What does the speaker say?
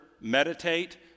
meditate